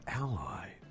ally